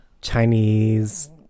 Chinese